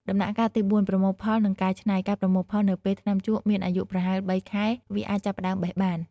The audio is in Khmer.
ដំណាក់កាលទី ៤ ការប្រមូលផល និងកែច្នៃ ការប្រមូលផល នៅពេលថ្នាំជក់មានអាយុប្រហែល ៣ ខែ វាអាចចាប់ផ្ដើមបេះបាន។